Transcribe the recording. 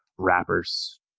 rappers